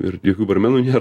ir jokių barmenų nėra